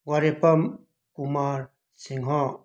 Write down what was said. Warepam Kumar ꯁꯤꯡꯍꯣ